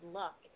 luck